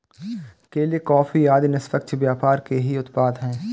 केले, कॉफी आदि निष्पक्ष व्यापार के ही उत्पाद हैं